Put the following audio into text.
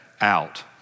out